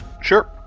Sure